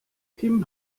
kim